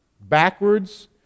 backwards